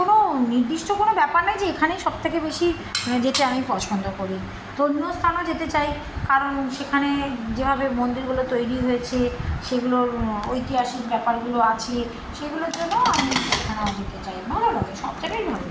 কোনো নির্দিষ্ট কোনো ব্যাপার নেই যে এখানেই সব থেকে বেশি যেতে আমি পছন্দ করি ধর্মীয় স্থানেও যেতে চাই কারণ সেখানে যেভাবে মন্দিরগুলো তৈরি হয়েছে সেগুলোর ঐতিহাসিক ব্যাপারগুলো আছে সেগুলোর জন্য আমি এখানেও যেতে চাই ভালো লাগে সব জায়গাই ভালো লাগে